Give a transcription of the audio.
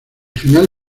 final